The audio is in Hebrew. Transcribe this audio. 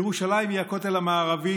ירושלים היא הכותל המערבי,